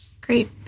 Great